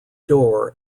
door